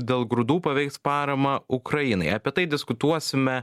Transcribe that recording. dėl grūdų paveiks paramą ukrainai apie tai diskutuosime